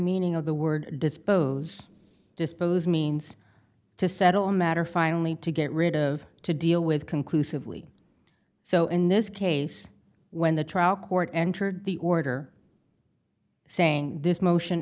meaning of the word dispose dispose means to settle the matter finally to get rid of to deal with conclusively so in this case when the trial court entered the order saying this motion